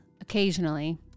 occasionally